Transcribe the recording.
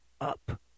up